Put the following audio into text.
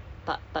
Grab